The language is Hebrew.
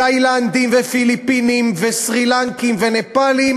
תאילנדים ופיליפינים וסרי-לנקים ונפאלים